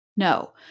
No